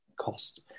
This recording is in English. cost